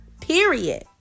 Period